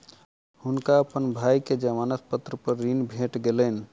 हुनका अपन भाई के जमानत पत्र पर ऋण भेट गेलैन